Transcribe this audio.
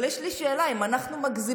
אבל יש לי שאלה: אם אנחנו מגזימים,